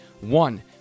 One